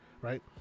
right